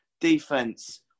Defense